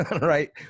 right